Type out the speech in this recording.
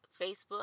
Facebook